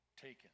taken